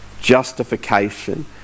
justification